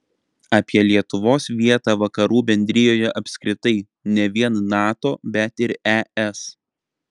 apie lietuvos vietą vakarų bendrijoje apskritai ne vien nato bet ir es